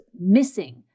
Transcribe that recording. missing